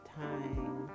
time